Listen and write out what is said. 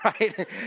right